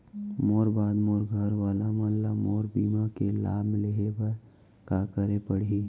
मोर बाद मोर घर वाला मन ला मोर बीमा के लाभ लेहे बर का करे पड़ही?